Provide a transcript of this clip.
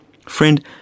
Friend